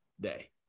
day